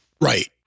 Right